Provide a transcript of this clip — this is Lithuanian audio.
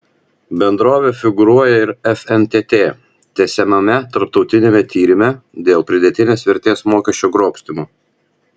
bendrovė figūruoja ir fntt tęsiamame tarptautiniame tyrime dėl pridėtinės vertės mokesčio grobstymo